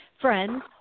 friends